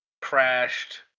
crashed